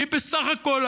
היא בסך הכול,